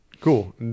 Cool